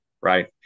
right